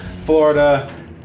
Florida